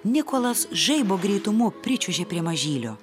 nikolas žaibo greitumu pričiuožė prie mažylio